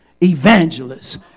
evangelists